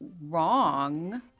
wrong